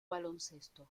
baloncesto